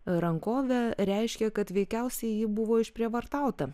rankovę reiškia kad veikiausiai ji buvo išprievartauta